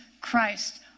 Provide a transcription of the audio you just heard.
Christ